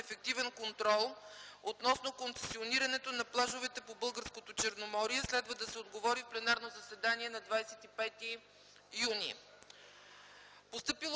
ефективен контрол относно функционирането на плажовете по българското Черноморие. Следва да се отговори в пленарното заседание на 25 юни